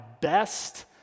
best